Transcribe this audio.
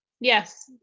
Yes